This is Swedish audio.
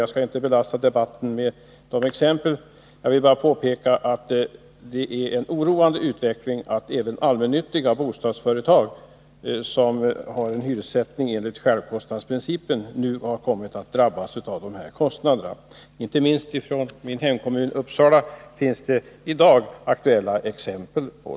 Jag skall emellertid inte belasta debatten med några exempel utan bara påpeka att det är en oroande utveckling att även allmännyttiga bostadsföretag, som har en hyressättning enligt självkostnadsprincipen, nu har kommit att drabbas av de här kostnaderna. Inte minst i min hemkommun Uppsala finns det i dag aktuella exempel härpå.